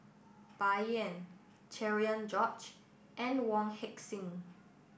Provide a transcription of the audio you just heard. Bai Yan Cherian George and Wong Heck Sing